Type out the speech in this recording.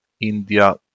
India